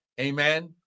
amen